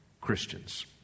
Christians